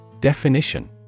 Definition